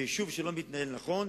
יישוב שלא מתנהל נכון,